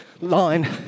line